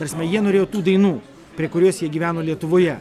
ta prasme jie norėjo tų dainų prie kurios jie gyveno lietuvoje